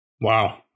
Wow